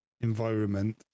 environment